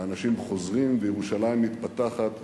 ואנשים חוזרים, וירושלים מתפתחת.